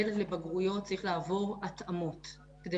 ילד לבגרויות צריך לעבור התאמות כדי